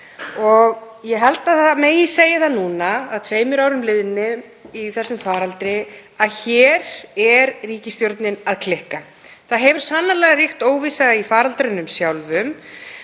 Ég held að nú megi segja, að tveimur árum liðnum í þessum faraldri, að hér er ríkisstjórnin að klikka. Það hefur sannarlega ríkt óvissa í faraldrinum sjálfum